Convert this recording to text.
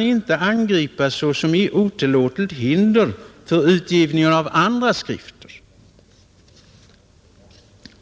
inte kan angripas såsom otillåtligt hinder för utgivningen av andra skrifter.